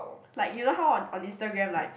like you know how on on Instagram like